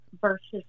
versus